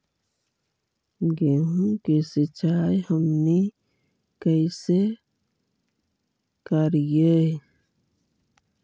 गेहूं के सिंचाई हमनि कैसे कारियय?